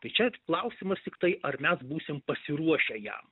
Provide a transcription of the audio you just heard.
tai čia klausimas tiktai ar mes būsim pasiruošę jam